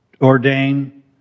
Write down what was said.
ordain